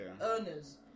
earners